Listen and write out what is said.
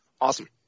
Awesome